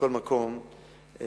מכל מקום,